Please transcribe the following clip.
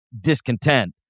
discontent